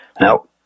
Now